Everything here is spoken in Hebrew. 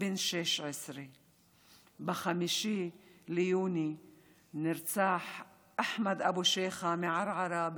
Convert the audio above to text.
בן 16. ב-5 ביוני נרצח אחמד אבו שיח'ה מערערה,